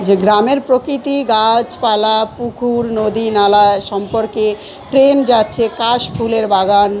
যে গ্রামের প্রকৃতি গাছপালা পুকুর নদী নালা সম্পর্কে ট্রেন যাচ্ছে কাশফুলের বাগান